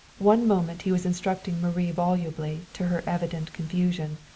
one moment he was instructing marie volubly, to her evident confusion.